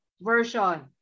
version